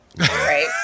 right